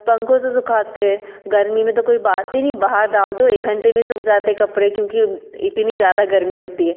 पंखों से सुखाते हैं गर्मी में तो कोई बात ही नहीं बाहर डाल दो एक घंटे में सूख जाते हैं कपड़े क्योंकि इतनी ज़्यादा गर्मी होती है